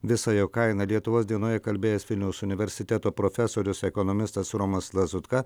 visą jo kainą lietuvos dienoje kalbėjęs vilniaus universiteto profesorius ekonomistas romas lazutka